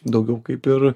daugiau kaip ir